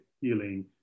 healing